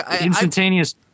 instantaneous